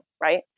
right